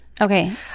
Okay